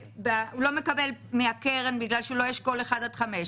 לא מקבל מהקרן בגלל שהוא לא אשכול 1 עד 5,